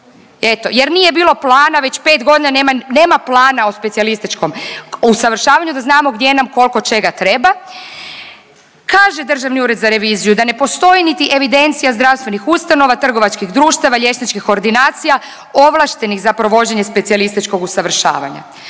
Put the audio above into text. jer nije bilo plana već pet godina, nema plana o specijalističkom, o usavršavanju da znamo gdje nam kolko čega treba. Kaže Državni ured za reviziju da ne postoji niti evidencija zdravstvenih ustanova, trgovačkih društava, liječničkih ordinacija, ovlaštenih za provođenje specijalističkog usavršavanja.